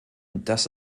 dass